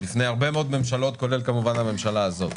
בפני הרבה מאוד ממשלות כולל כמובן הממשלה הזאת.